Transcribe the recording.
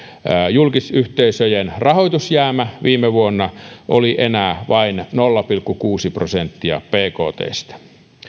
julkisyhteisöjen rahoitusjäämä viime vuonna oli enää vain nolla pilkku kuusi prosenttia bktstä